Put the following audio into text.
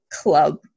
Club